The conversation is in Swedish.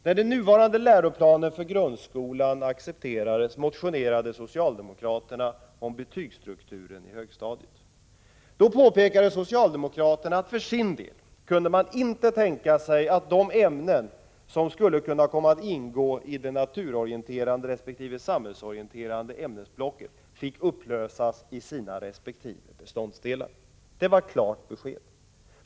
När den nuvarande läroplanen för grundskolan accepterades motionerade socialdemokraterna om betygsstrukturen på högstadiet. Då påpekade socialdemokraterna att de för sin del inte kunde tänka sig att de ämnen som skulle kunna komma att ingå i det naturorienterande resp. det samhällsorienterande ämnesblocket fick upplösas i sina resp. beståndsdelar. Det var klart besked.